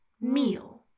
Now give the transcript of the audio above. meal